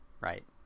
Right